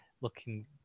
looking